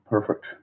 Perfect